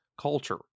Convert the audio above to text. Culture